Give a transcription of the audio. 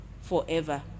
forever